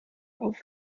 auf